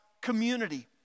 community